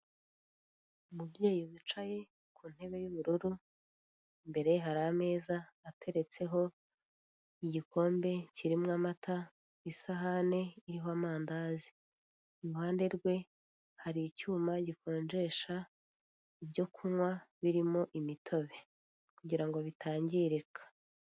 Umubyeyi wicaye ku ntebe y'ubururu imbere ye hari ameza ateretseho igikombe kirimo amata, isahani iriho amandazi. Iruhande rwe hari icyuma gikonjesha ibyo kunywa birimo imitobe kugira ngo bitangirika.